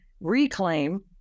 reclaim